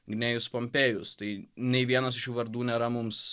gnėjus pompėjus tai nei vienas iš šių vardų nėra mums